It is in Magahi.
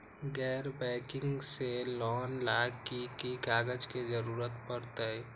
गैर बैंकिंग से लोन ला की की कागज के जरूरत पड़तै?